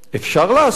אפשר לעשות.